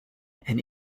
and